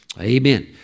Amen